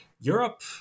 Europe